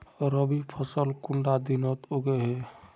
रवि फसल कुंडा दिनोत उगैहे?